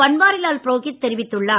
பன்வாரிலால் புரோகித் தெரிவித்துள்ளார்